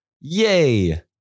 Yay